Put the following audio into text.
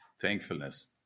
thankfulness